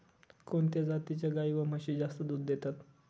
कोणत्या जातीच्या गाई व म्हशी जास्त दूध देतात?